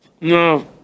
No